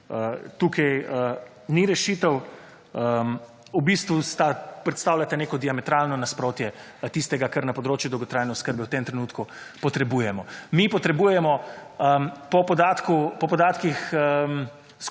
tukaj ni rešitev. V bistvu sta, predstavljata neko diametralno nasprotje tistega, kar na področju dolgotrajne oskrbe v tem trenutku potrebujemo. Mi potrebujemo, po podatkih